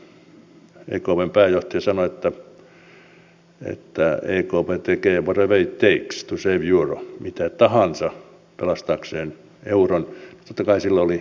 kun aikanaan ekpn pääjohtaja sanoi että ekp tekee what ever it takes to save euro mitä tahansa pelastaakseen euron totta kai sillä oli merkitys